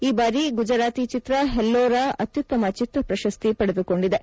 ಈ ಬಾರಿ ಗುಜರಾತಿ ಚಿತ್ರ ಹೆಲ್ಲಾರೊ ಅತ್ಯುತ್ತಮ ಚಿತ್ರ ಪ್ರಶಸ್ತಿಗೆ ಪಡೆದುಕೊಂಡಿತು